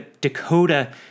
Dakota